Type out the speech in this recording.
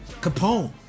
Capone